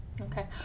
Okay